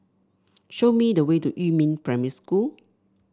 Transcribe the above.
show me the way to Yumin Primary School